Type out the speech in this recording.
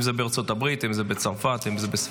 אם זה בארצות הברית, אם זה בצרפת, אם זה בספרד.